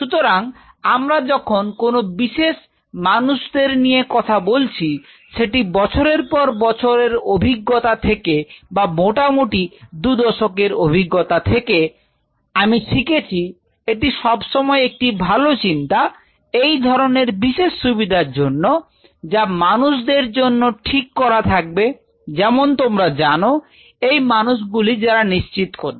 সুতরাং আমরা যখন কোন বিশেষ মানুষদের নিয়ে কথা বলছি সেটি বছরের পর বছর এর অভিজ্ঞতা থেকে বা মোটামুটি দুদশকের অভিজ্ঞতা থেকে আমি শিখেছি এটি সব সময় একটি ভালো চিন্তা এই ধরনের বিশেষ সুবিধার জন্য যা মানুষদের জন্য ঠিক করা থাকবে যেমন তোমরা জানো এই মানুষগুলি যারা নিশ্চিত করবে